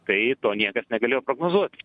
tai to niekas negalėjo prognozuot